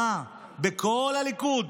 הישרה בכל הליכוד